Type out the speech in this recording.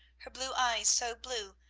her blue eyes so blue,